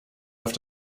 auf